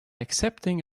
accepting